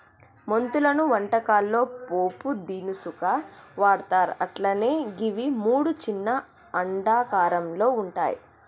మెంతులను వంటకాల్లో పోపు దినుసుగా వాడ్తర్ అట్లనే గివి మూడు చిన్న అండాకారంలో వుంటయి